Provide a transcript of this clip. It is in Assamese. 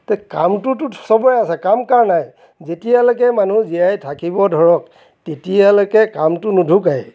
তে কামতোটো চবৰে আছে কাম কাৰ নাই যেতিয়ালৈকে মানুহ জীয়াই থাকিব ধৰক তেতিয়ালৈকে কামটো নুঢুকায়ে